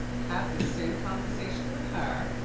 have this same conversation with her.